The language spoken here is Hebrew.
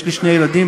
יש לי שני ילדים,